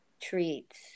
treats